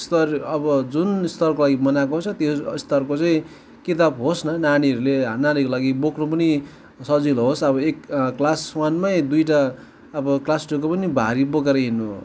स्तर अब जुन स्तरको लागि बनाएको छ त्यो स्तरको चाहिँ किताब होस् न नानीहरूले नानीहरूको लागि बोक्नु पनि सजिलो होस् अब एक अब क्लास वनमै दुईवटा अब क्लास टूको पनि भारी बोकेर हिँडुनु हो